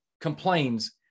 complains